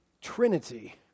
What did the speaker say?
Trinity